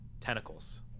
tentacles